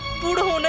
photo